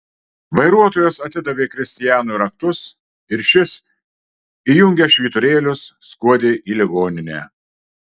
vairuotojas atidavė kristianui raktus ir šis įjungęs švyturėlius skuodė į ligoninę